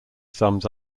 sums